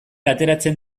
ateratzen